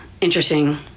interesting